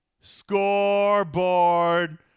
scoreboard